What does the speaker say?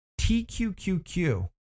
TQQQ